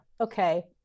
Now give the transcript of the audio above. okay